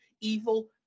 evil